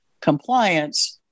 compliance